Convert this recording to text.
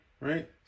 right